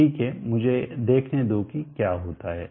ठीक है मुझे देखने दो कि क्या होता है